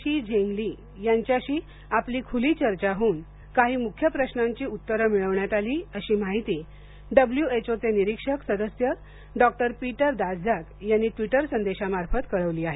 शी Zhengli यांच्याशी आपली खुली चर्चा होऊन काही मुख्य प्रश्नांची उत्तरे मिळवण्यात आली अशी माहिती चे निरीक्षक सदस्य डॉक्टर पीटर दास्झाक यांनी ट्विटर संदेशामार्फत कळवली आहे